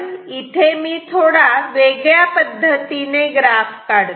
इथे मी थोडा वेगळ्या पद्धतीने हा ग्राफ काढतो